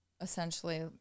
essentially